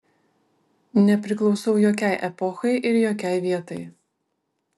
nepriklausau jokiai epochai ir jokiai vietai